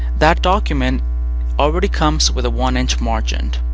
that document already comes with a one-inch margin.